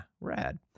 rad